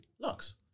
Lux